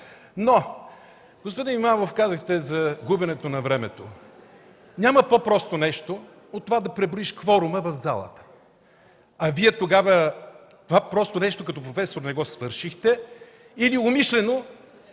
Но, господин Имамов, казахте за губенето на времето. Няма по-просто нещо от това да преброиш кворума в залата. А Вие тогава това просто нещо като професор не го свършихте или умишлено